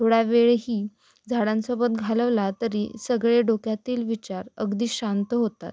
थोड्या वेळही झाडांसोबत घालवला तरी सगळे डोक्यातील विचार अगदी शांत होतात